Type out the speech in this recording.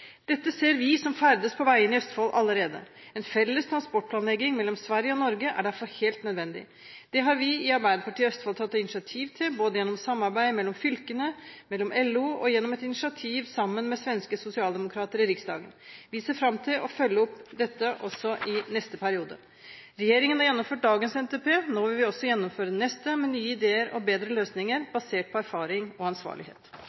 Dette ser vi som ferdes på veiene i Østfold, allerede. En felles transportplanlegging mellom Sverige og Norge er derfor helt nødvendig. Det har vi i Arbeiderpartiet i Østfold tatt initiativ til både gjennom samarbeid mellom fylkene og LO og gjennom et initiativ sammen med svenske sosialdemokrater i Riksdagen. Vi ser fram til å følge opp dette også i neste periode. Regjeringen har gjennomført dagens NTP. Nå vil vi også gjennomføre den neste med nye ideer og bedre løsninger, basert på erfaring og ansvarlighet.